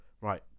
right